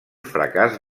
fracàs